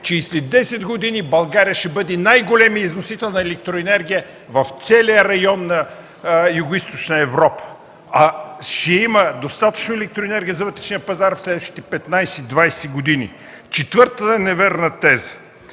че и след десет години България ще бъде най-големият износител на електроенергия в целия район на Югоизточна Европа, ще има достатъчно електроенергия за вътрешния пазар в следващите 15-20 години. Четвъртата невярна теза,